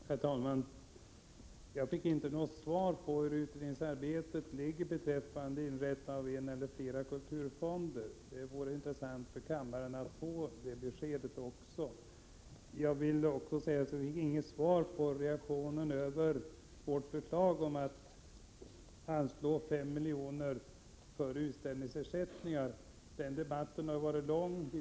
Herr talman! Jag fick inte något svar på frågan, hur utredningsarbetet går beträffande inrättande av en eller flera kulturfonder. Det vore intressant för kammaren att även få ett besked om det. Jag fick inte heller något svar eller någon reaktion på vårt förslag att anslå 5 miljoner till utställningsersättningar. Den debatten har varit lång.